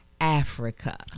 Africa